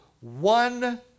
one